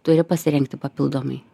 turi pasirengti papildomai